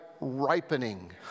ripening